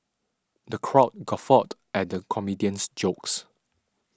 the crowd guffawed at the comedian's jokes